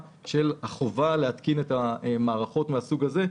של החובה להתקין את המערכות מן הסוג הזה,